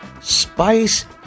Spice